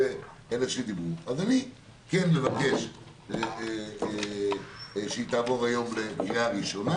אני מבקש שההצעה תעבור היום לקריאה ראשונה